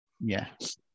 Yes